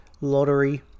lottery